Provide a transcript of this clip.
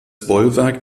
bollwerk